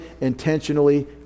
intentionally